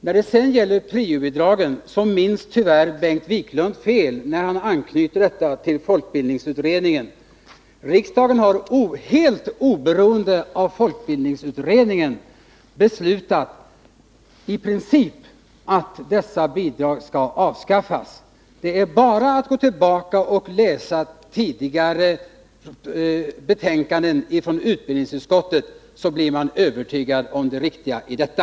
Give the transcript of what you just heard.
När det sedan gäller priobidraget minns Bengt Wiklund tyvärr fel, när han anknyter detta till folkbildningsutredningen. Riksdagen har helt oberoende av folkbildningsutredningen i princip beslutat att detta bidrag skall avskaffas. Det är bara att gå tillbaka och läsa tidigare betänkanden från utbildningsutskottet för att bli övertygad om det riktiga i detta.